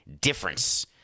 difference